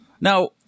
Now